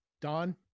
Don